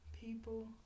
People